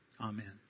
Amen